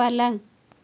पलंग